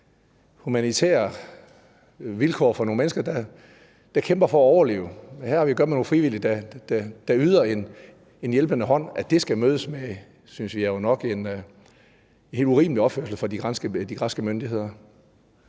humanitære vilkår for nogle mennesker, der kæmper for at overleve – her har vi at gøre med nogle frivillige, der yder en hjælpende hånd – skal mødes med en, synes vi jo nok, helt urimelig opførsel fra de græske myndigheders